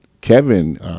Kevin